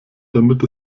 damit